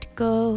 go